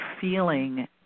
feeling